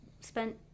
spent